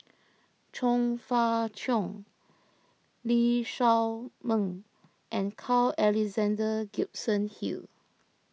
Chong Fah Cheong Lee Shao Meng and Carl Alexander Gibson Hill